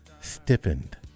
stiffened